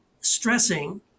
stressing